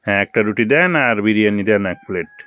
হ্যাঁ একটা রুটি দেন আর বিরিয়ানি দেন এক প্লেট